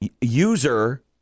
user